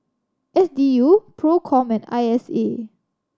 S D U Procom and I S A